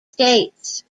states